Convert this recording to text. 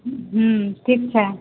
हूँ ठीक छै